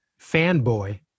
fanboy